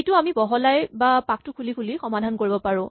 এইটো আমি বহলাই বা পাকটো খুলি খুলি সমাধান কৰিব পাৰো